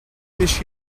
this